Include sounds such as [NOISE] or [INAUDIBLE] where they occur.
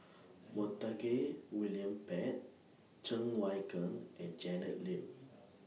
[NOISE] Montague William Pett Cheng Wai Keung and Janet Lim